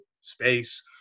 space